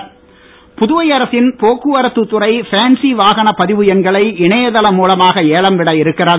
போக்குவரத்து புதுவை அரசின் போக்குவரத்து துறை பேன்சி வாகனப் பதிவு எண்களை இணையதளம் மூலமாக ஏலம் விட இருக்கிறது